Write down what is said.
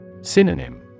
Synonym